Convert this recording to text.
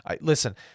Listen